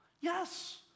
Yes